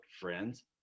friends